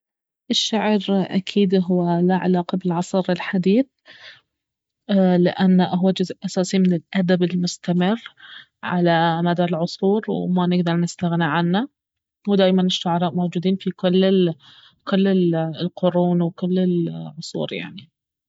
الشعر اكيد اهو له علاقة بالعصر الحديث لانه اهو جزء اساسي من الادب المستمر على مدار العصور وما نقدر نستغنى عنه ودايما الشعراء موجودين في كل القرون وكل العصور يعني